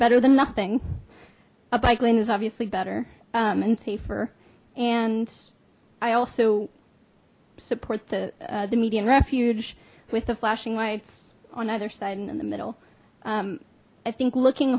better than nothing a bike lane is obviously better and safer and i also support the the median refuge with the flashing lights on either side and in the middle i think looking